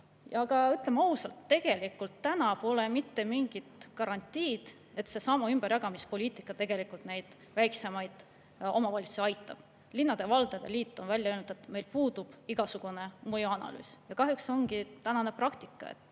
Ütleme ausalt, täna pole mitte mingit garantiid, et seesama ümberjagamispoliitika tegelikult neid väiksemaid omavalitsusi aitab. Linnade-valdade liit on välja öelnud, et puudub igasugune mõjuanalüüs. Kahjuks see ongi tänane praktika.